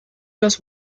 los